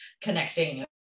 connecting